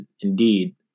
indeed